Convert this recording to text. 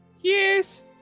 Yes